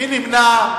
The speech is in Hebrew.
מי נמנע?